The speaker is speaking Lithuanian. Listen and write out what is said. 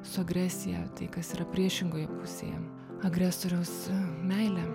su agresija tai kas yra priešingoje pusėje agresoriaus meilė